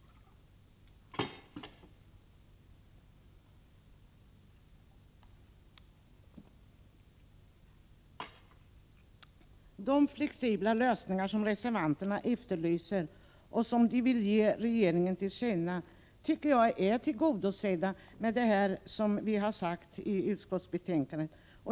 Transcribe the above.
De flexibla lösningar som reservanterna efterlyser och som de vill ge regeringen till känna är tillgodosedda med vad som anförs utskottsbetänkandet.